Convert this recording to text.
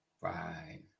Right